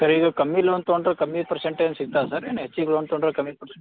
sir ಈಗ ಕಮ್ಮಿ loan ತಗೊಂಡ್ರೆ ಕಮ್ಮಿ ಪರ್ಸೆಂಟ್ ಏನು ಸಿಕ್ತಿಲ್ಲ ಸರ್ ಏನು ಹೆಚ್ಚಿಗೆ ಲೋನ್ ತಗೊಂಡ್ರೆ ಕಮ್ಮಿ ಪಸ್